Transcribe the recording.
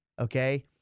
Okay